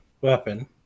weapon